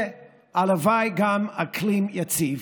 והלוואי שגם אקלים יציב.